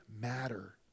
matter